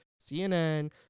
cnn